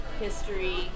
history